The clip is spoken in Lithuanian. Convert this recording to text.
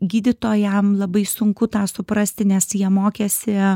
gydytojam labai sunku tą suprasti nes jie mokėsi